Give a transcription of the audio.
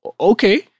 okay